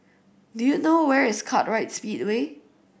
do you know where is Kartright Speedway